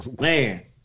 Man